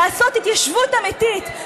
לעשות התיישבות אמיתית?